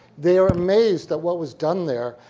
they're amazed at what was done there,